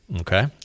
Okay